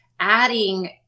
adding